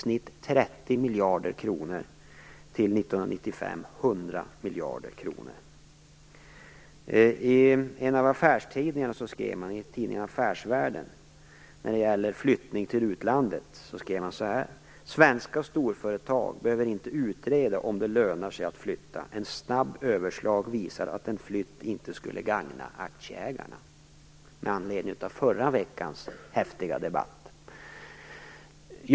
I tidningen Affärsvärlden skrev man apropå flyttning till utlandet att svenska storföretag behöver inte utreda om det lönar sig att flytta. Ett snabbt överslag visar att en flytt inte skulle gagna aktieägarna. Detta sagt med anledning av förra veckans häftiga debatt.